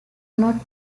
not